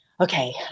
okay